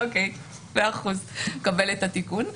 מאה אחוז, מקבלת את התיקון.